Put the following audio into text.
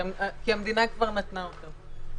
כי המדינה כבר נתנה אותם.